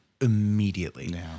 immediately